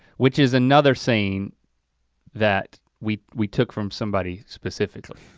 which is another saying that we we took from somebody specifically.